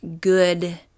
good